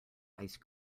ice